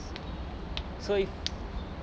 so if